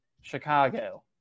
Chicago